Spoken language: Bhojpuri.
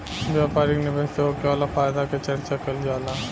व्यापारिक निवेश से होखे वाला फायदा के चर्चा कईल जाला